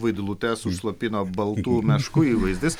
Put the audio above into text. vaidilutes užslopino baltų meškų įvaizdis